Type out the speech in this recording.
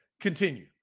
Continue